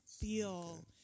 feel